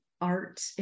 art